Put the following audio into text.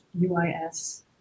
UIS